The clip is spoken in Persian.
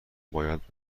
باید